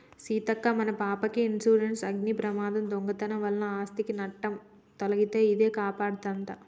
సీతక్క మన పాపకి ఇన్సురెన్సు అగ్ని ప్రమాదం, దొంగతనం వలన ఆస్ధికి నట్టం తొలగితే ఇదే కాపాడదంట